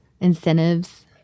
incentives